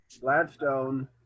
Gladstone